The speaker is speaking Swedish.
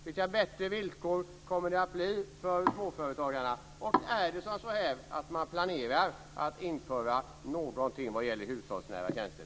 Vilka bättre villkor kommer det att bli för småföretagarna? Planeras det att införas någonting vad gäller hushållsnära tjänster?